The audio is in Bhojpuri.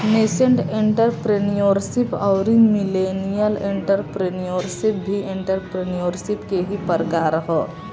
नेसेंट एंटरप्रेन्योरशिप अउरी मिलेनियल एंटरप्रेन्योरशिप भी एंटरप्रेन्योरशिप के ही प्रकार ह